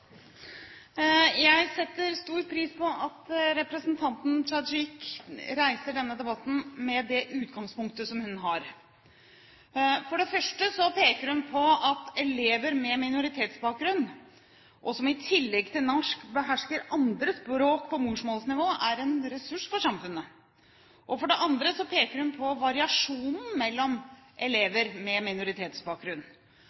Jeg setter stor pris på at representanten Tajik reiser denne debatten med det utgangspunktet hun tar. For det første peker hun på at elever med minoritetsbakgrunn, som i tillegg til norsk behersker andre språk på morsmålsnivå, er en ressurs for samfunnet. For det andre peker hun på variasjonen mellom